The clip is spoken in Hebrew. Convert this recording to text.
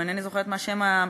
איני זוכרת מה השם המדויק,